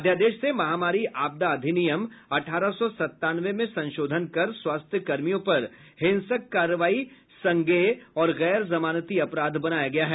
अध्यादेश से महामारी आपदा अधिनियम अठारह सौ संतानवे में संशोधन कर स्वास्थ्य कर्मियों पर हिंसक कार्रवाई संज्ञेय और गैर जमानती अपराध बनाया गया है